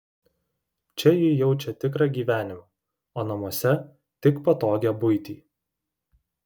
čia ji jaučia tikrą gyvenimą o namuose tik patogią buitį